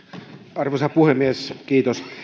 puhemies